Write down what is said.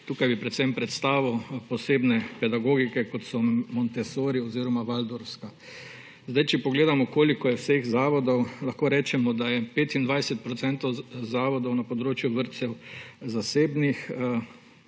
Tukaj bi predvsem predstavil posebne pedagogike, kot so montessori oziroma valdorfska. Če pogledamo, koliko je vseh zavodov, lahko rečemo, da je 25 procentov zavodov na področju vrtcev zasebnih,